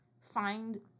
find